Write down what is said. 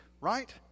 right